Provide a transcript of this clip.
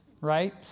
Right